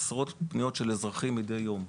עשרות פניות של אזרחים מידי יום.